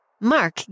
Mark